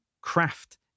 craft